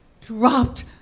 dropped